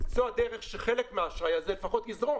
זו הדרך שחלק מהאשראי הזה לפחות יזרום